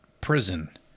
prison